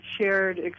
shared